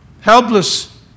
helpless